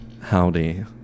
howdy